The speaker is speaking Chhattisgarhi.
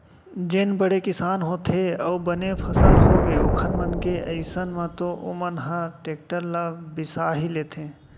जेन बड़े किसान होथे अउ बने फसल होगे ओखर मन के अइसन म तो ओमन ह टेक्टर ल बिसा ही लेथे